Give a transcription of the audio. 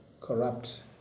corrupt